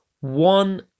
one